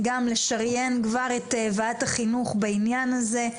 גם לשריין כבר את ועדת החינוך בעניין הזה,